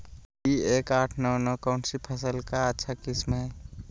P एक आठ नौ नौ कौन सी फसल का अच्छा किस्म हैं?